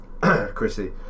Chrissy